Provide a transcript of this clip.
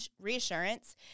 reassurance